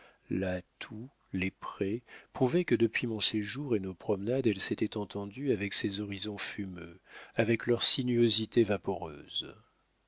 la toue les prés prouvait que depuis mon séjour et nos promenades elle s'était entendue avec ces horizons fumeux avec leurs sinuosités vaporeuses